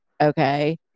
okay